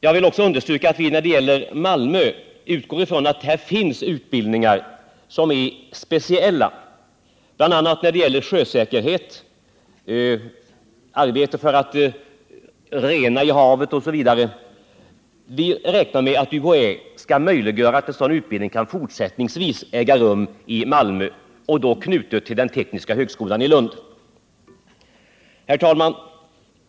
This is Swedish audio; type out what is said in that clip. Jag vill också understryka att vi när det gäller Malmö utgått från att där finns utbildningar som är speciella, bl.a. inom områden som gäller sjösäkerhet, åtgärder för att rena havet, osv. Vi räknar med att UHÄ skall möjliggöra att sådan utbildning även fortsättningsvis kan äga rum i Malmö, varvid denna knyts till den tekniska högskolan i Lund. Herr talman!